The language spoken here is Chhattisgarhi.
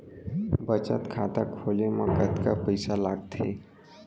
बचत खाता खोले मा कतका पइसा लागथे?